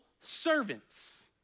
servants